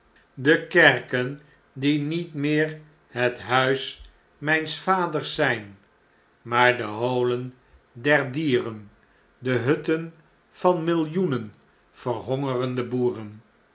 de kerken die niet meer het huis mjjns vaders zp maar de holen der dieren de hutten van millioenen verhongerende boeren